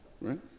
right